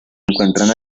encuentran